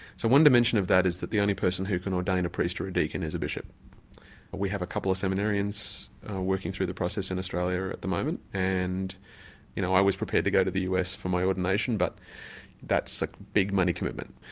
so one dimension of that is that the only person who can ordain a priest or a deacon is a bishop. but we have a couple of seminarians working through the process in australia at the moment and you know, i was prepared to go to the us for my ordination but that's a big money commitment.